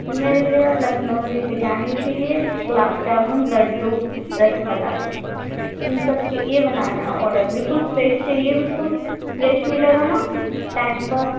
میرے لیے لکھنوی بریانی چاہیے گلاب جامن لڈو رس ملائی ان سب کے یہ بنانا ہے آڈر بلکل فریش چاہیے بالکل فریش ملے گا نا ٹائم پر